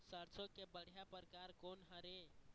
सरसों के बढ़िया परकार कोन हर ये?